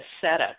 setup